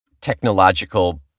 technological